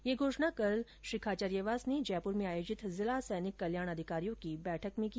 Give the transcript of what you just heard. यह घोषणा कल श्री खाचरियावास ने जयपुर में आयेजित जिला सैनिक कल्याण अधिकारियों की बैठक में की